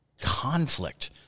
conflict